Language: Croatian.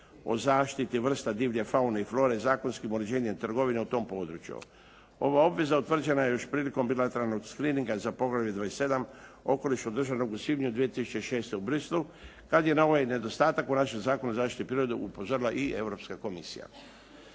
o zaštiti vrsta divlje faune i flore, zakonskim uređenjem trgovine u tom području. Ova obveza utvrđena je još prilikom bilateralnog screeninga za poglavlje 27. – Okoliš, održanog u svibnju 2006. u Bruxellesu kad je na ovaj nedostatak u našem Zakonu o zaštiti prirode upozorila i Europska komisija.